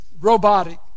robotic